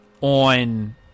on